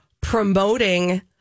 promoting